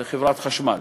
זה חברת חשמל.